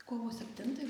kovo septintai